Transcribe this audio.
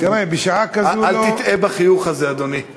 אל תטעה בחיוך הזה, אדוני.